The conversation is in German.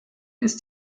ist